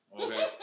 Okay